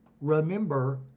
remember